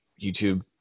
youtube